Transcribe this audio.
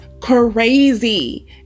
crazy